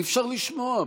אי-אפשר לשמוע,